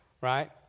right